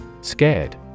Scared